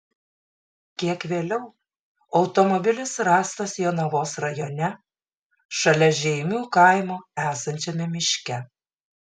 kiek vėliau automobilis rastas jonavos rajone šalia žeimių kaimo esančiame miške